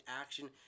action